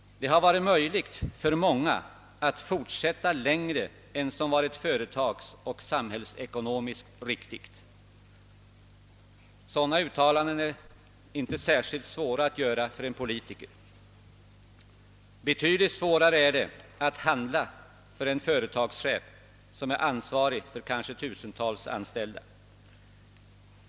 Det har varit möjligt för många att fortsätta längre än som varit företagsoch samhällsekonomiskt riktigt.» Sådana uttalanden är inte särskilt svåra att göra för en politiker. Betydligt svårare är det att handla för en företagschef, som är ansvarig för kanske tusentals anställda.